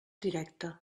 directe